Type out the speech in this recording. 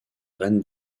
rênes